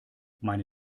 meine